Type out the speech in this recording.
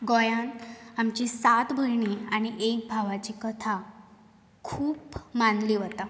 गोंयान आमचे सात भयणी आनी एक भावाची कथा खुप मानल्ली वतां